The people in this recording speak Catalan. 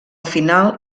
final